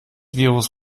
virus